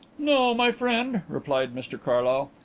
no, my friend, replied mr carlyle,